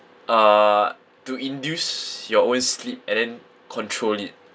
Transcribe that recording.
uh to induce your own sleep and then control it